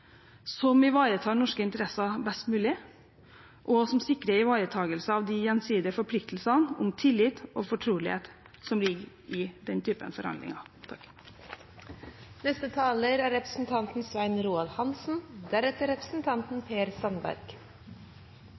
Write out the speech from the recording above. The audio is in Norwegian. som ivaretar norske interesser best mulig, og som sikrer ivaretagelse av de gjensidige forpliktelsene om tillit og fortrolighet som ligger i denne typen forhandlinger.